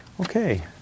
Okay